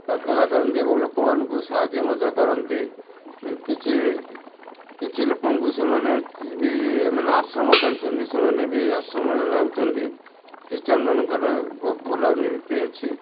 ପ୍ରାର୍ଥନା କରନ୍ତି ଏବଂ ଲୋକମାନଙ୍କୁ ସାହାଯ୍ୟ ମଧ୍ୟ କରନ୍ତି କିଛି କିଛି ଲୋକଙ୍କୁ ସେମାନେ ବି ମାନେ ଆଶ୍ରମ କରିଚନ୍ତି ସେମାନେ ବି ଆଶ୍ରମରେ ରହୁଛନ୍ତି ଖ୍ରୀଷ୍ଟିଆନ୍ମାନଙ୍କର ବହୁତ ଭଲ ନୀତି ଅଛି